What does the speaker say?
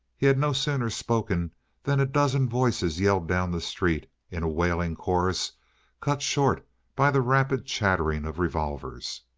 he had no sooner spoken than a dozen voices yelled down the street in a wailing chorus cut short by the rapid chattering of revolvers.